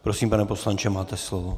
Prosím, pane poslanče, máte slovo.